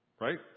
right